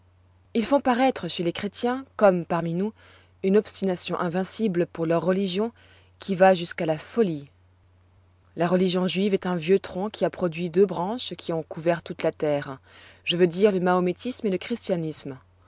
ils font paroître chez les chrétiens comme parmi nous une obstination invincible pour leur religion qui va jusques à la folie la religion juive est un vieux tronc qui a produit deux branches qui ont couvert toute la terre je veux dire le mahométisme et le christianisme